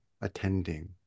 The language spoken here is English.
attending